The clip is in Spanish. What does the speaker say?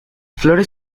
flores